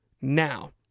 now